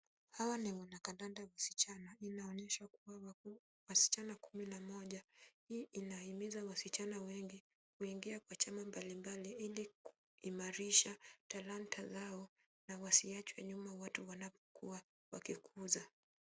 Hawa ni wanakandanda wasichana. Inaonyesha kuwa ni wasichana kumi na mmoja. Hii inahimiza wasichana wengi kuingia katika chama mbalimbali ili kuimarisha talanta zao na wasiachwe nyuma watu wanapokuwa wakikuza.